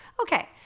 okay